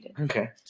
Okay